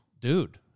dude